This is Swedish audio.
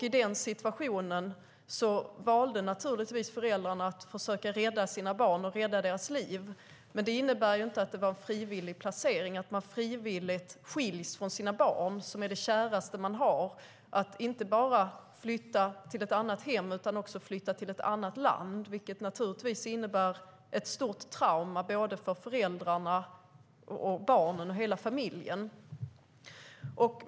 I den situationen valde naturligtvis föräldrarna att försöka rädda sina barn och att försöka rädda deras liv. Men det innebär inte att det var en frivillig placering och att de frivilligt skildes från sina barn, som var det käraste de hade. Det handlade inte bara om att de skulle flytta till ett annat hem utan också flytta till ett annat land. Det innebar ett stort trauma för föräldrarna, barnen och hela familjen.